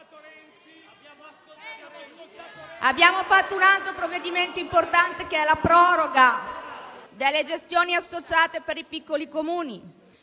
Abbiamo fatto un altro provvedimento importante, che è la proroga delle gestioni associate per i piccoli Comuni,